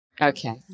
Okay